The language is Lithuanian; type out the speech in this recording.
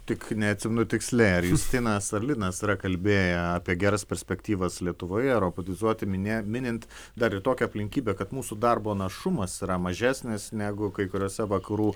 tik neatsimenu tiksliai ar justinas ar linas yra kalbėję apie geras perspektyvas lietuvoje robotizuoti minė minint dar ir tokią aplinkybę kad mūsų darbo našumas yra mažesnis negu kai kuriose vakarų